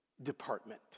Department